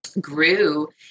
Grew